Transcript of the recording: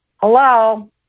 Hello